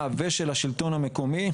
הממשלה, ושל השלטון המקומי.